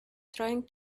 trying